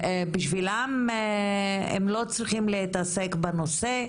בשבילם הם לא צריכים להתעסק בנושא,